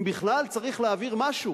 אם בכלל צריך להעביר משהו